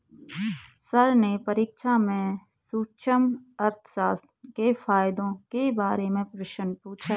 sir ने परीक्षा में सूक्ष्म अर्थशास्त्र के फायदों के बारे में प्रश्न पूछा